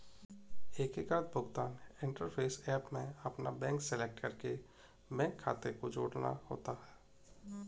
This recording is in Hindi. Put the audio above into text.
एकीकृत भुगतान इंटरफ़ेस ऐप में अपना बैंक सेलेक्ट करके बैंक खाते को जोड़ना होता है